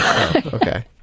okay